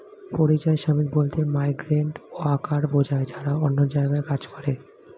পরিযায়ী শ্রমিক বলতে মাইগ্রেন্ট ওয়ার্কার বোঝায় যারা অন্য জায়গায় কাজ করে